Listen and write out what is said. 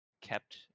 kept